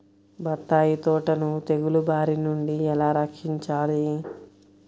బత్తాయి తోటను తెగులు బారి నుండి ఎలా రక్షించాలి?